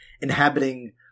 inhabiting